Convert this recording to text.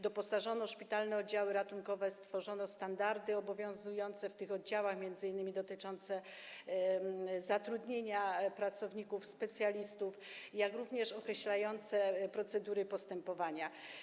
Doposażono szpitalne oddziały ratunkowe, stworzono standardy obowiązujące w tych oddziałach, m.in. dotyczące zatrudnienia pracowników specjalistów, jak również określające procedury postępowania.